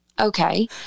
okay